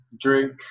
drink